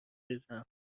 ریزم